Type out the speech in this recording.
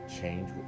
Change